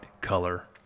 color